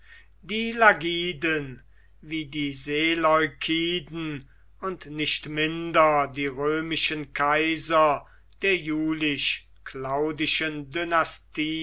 die lagiden wie die seleukiden und nicht minder die römischen kaiser der